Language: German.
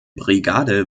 brigade